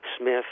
Smith